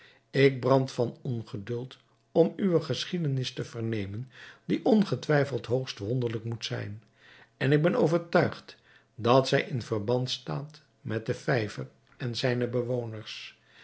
ik brand van ongeduld om uwe geschiedenis te vernemen die ongetwijfeld hoogst wonderlijk moet zijn en ik ben overtuigd dat zij in verband staat met den vijver en zijne bewoners